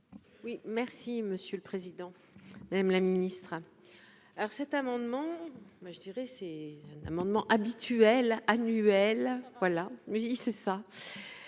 Oui, merci, monsieur le Président, Madame la Ministre, alors cet amendement, moi je dirais c'est un amendement habituel annuelle, voilà, oui c'est ça,